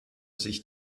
sich